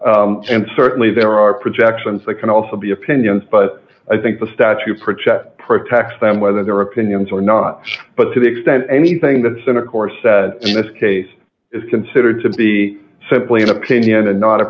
statements and certainly there are projections that can also be opinions but i think the statute project protects them whether there are opinions or not but to the extent anything that center course in this case is considered to be simply an opinion and not a